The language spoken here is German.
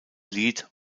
lied